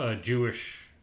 Jewish